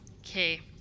Okay